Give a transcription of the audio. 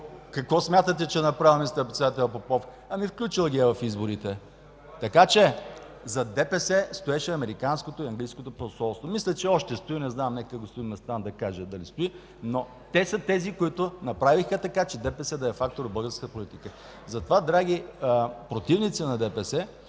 какво смятате, че е направил министър-председателят Попов? Ами, включил ги е в изборите. Така че зад ДПС стоеше Американското и Английското посолство. Мисля, че още стоят – не знам, нека господин Местан да каже дали стоят, но те са тези, които направиха така, че ДПС да е фактор в българската политика. Затова, драги противници на ДПС,